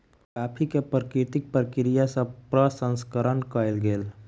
coffee के प्राकृतिक प्रक्रिया सँ प्रसंस्करण कयल गेल